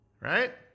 Right